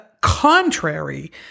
contrary